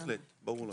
בהחלט, ברור לנו.